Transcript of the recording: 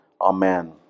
Amen